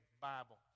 Bible